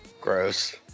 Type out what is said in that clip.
Gross